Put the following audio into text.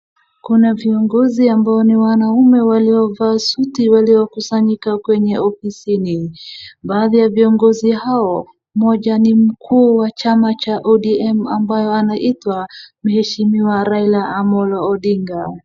Kuna viongozi ambao ni wanaume waliovaa suti waliokusanyika kwenye ofisini. Baadhi ya viongozi hao, mmoja ni mkuu wa chama cha ODM ambaye anaitwa mheshimiwa Raila Amolo Odinga.